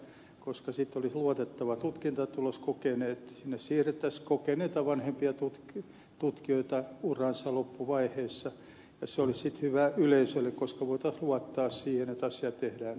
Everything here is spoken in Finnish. se olisi poliisille hyvä koska sitten olisi luotettava tutkintatulos sinne siirrettäisiin kokeneita vanhempia tutkijoita uransa loppuvaiheessa ja se olisi sitten hyvä yleisölle koska voitaisiin luottaa siihen että asia tehdään nopeasti